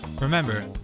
Remember